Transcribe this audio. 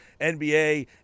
NBA